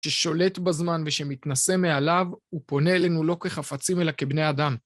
ששולט בזמן ושמתנשא מעליו, הוא פונה אלינו לא כחפצים אלא כבני אדם.